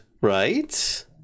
right